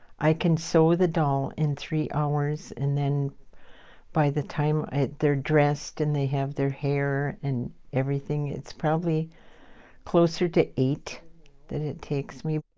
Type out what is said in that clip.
i can sow the doll in three hours. and then by the time they're dressed, and they have their hair and everything, it's probably closer to eight that it takes me.